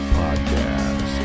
podcast